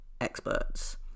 experts